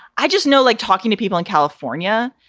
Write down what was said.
i just know, like talking to people in california,